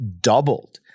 doubled